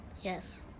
Yes